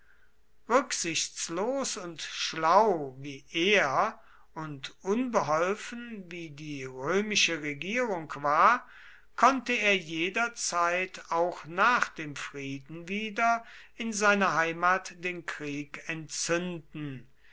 rücksichtslos und schlau wie er und unbeholfen wie die römische regierung war konnte er jederzeit auch nach dem frieden wieder in seiner heimat den krieg entzünden